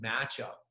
matchup